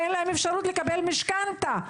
ואין להם אפשרות לקבל משכנתה.